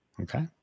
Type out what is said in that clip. okay